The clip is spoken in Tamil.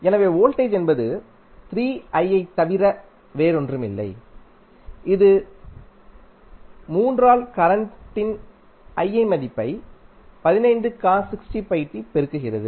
எனவே வோல்டேஜ் என்பது 3i ஐத் தவிர வேறொன்றுமில்லை இது 3 ஆல் கரண்ட் i இன் மதிப்பைப் பெருக்குகிறது